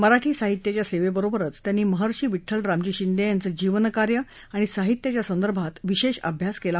मराठी साहित्याच्या सेवेबरोबरच त्यांनी महर्षी विड्डल रामजी शिंदे यांचं जीवनकार्य आणि साहित्याच्या संदर्भात विशेष अभ्यास केला